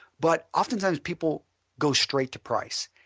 but oftentimes people go straight to price.